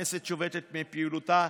כשהכנסת שובתת מפעילותה,